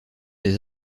des